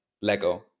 Lego